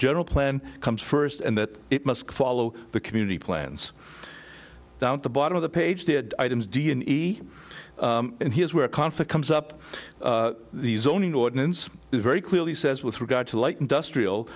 general plan comes first and that it must follow the community plans down to bottom of the page did items d and e and here's where conflict comes up the zoning ordinance is very clearly says with regard to light industrial